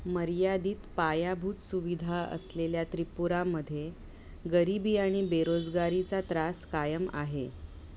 मर्यादित पायाभूत सुविधा असलेल्या त्रिपुरामध्ये गरिबी आणि बेरोजगारीचा त्रास कायम आहे